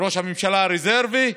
ראש הממשלה הרזרבי: